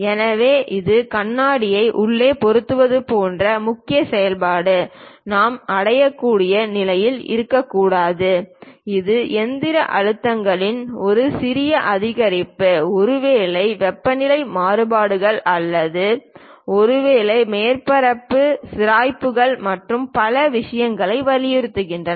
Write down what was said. எனவே இந்த கண்ணாடியை உள்ளே பொருத்துவது போன்ற முக்கிய செயல்பாடு நாம் அடையக்கூடிய நிலையில் இருக்கக்கூடாது இது இயந்திர அழுத்தங்களில் ஒரு சிறிய அதிகரிப்பு ஒருவேளை வெப்பநிலை மாறுபாடுகள் அல்லது ஒருவேளை மேற்பரப்பு சிராய்ப்புகள் மற்றும் பிற விஷயங்களை வலியுறுத்துகிறது